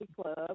Club